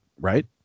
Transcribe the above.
Right